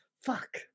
fuck